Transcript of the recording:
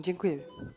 Dziękuję.